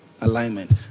alignment